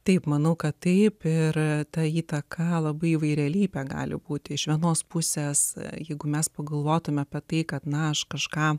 taip manau kad taip ir ta įtaka labai įvairialypė gali būti iš vienos pusės jeigu mes pagalvotumėme apie tai kad na aš kažką